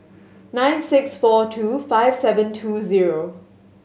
nine six four two five seven two zero